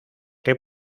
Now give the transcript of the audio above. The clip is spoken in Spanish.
que